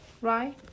Right